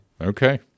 Okay